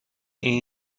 این